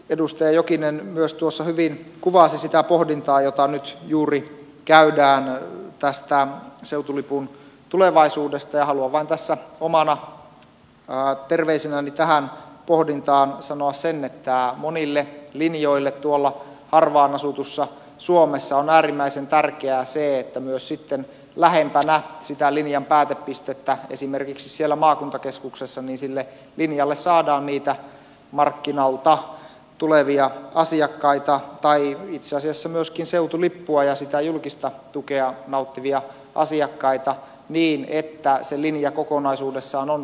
edustaja jokinen myös tuossa hyvin kuvasi sitä pohdintaa jota nyt juuri käydään tästä seutulipun tulevaisuudesta ja haluan vain tässä omana terveisenäni tähän pohdintaan sanoa sen että monille linjoille tuolla harvaan asutussa suomessa on äärimmäisen tärkeää se että sitten myös lähempänä sitä linjan päätepistettä esimerkiksi siellä maakuntakeskuksessa sille linjalle saadaan niitä markkinalta tulevia asiakkaita tai itse asiassa myöskin seutulippua käyttäviä ja sitä julkista tukea nauttivia asiakkaita niin että se linja kokonaisuudessaan on kannattava